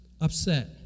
upset